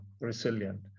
resilient